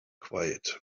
quiet